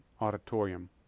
Auditorium